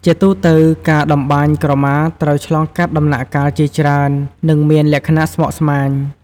ជាទូទៅការតម្បាញក្រមាត្រូវឆ្លងកាត់ដំណាក់កាលជាច្រើន និងមានលក្ចណៈស្មុកស្មាញ។